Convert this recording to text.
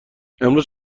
امروز